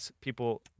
people